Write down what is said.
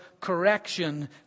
correction